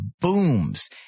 booms